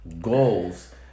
goals